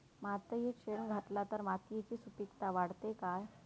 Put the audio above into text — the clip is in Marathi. मातयेत शेण घातला तर मातयेची सुपीकता वाढते काय?